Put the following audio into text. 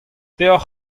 deocʼh